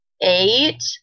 eight